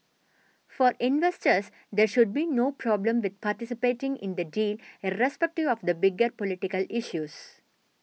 for investors there should be no problem with participating in the deal irrespective of the bigger political issues